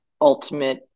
ultimate